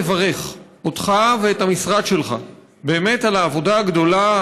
לברך אותך ואת המשרד שלך על העבודה הגדולה,